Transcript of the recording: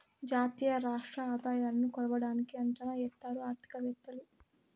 జాతీయ రాష్ట్ర ఆదాయాలను కొలవడానికి అంచనా ఎత్తారు ఆర్థికవేత్తలు